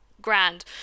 grand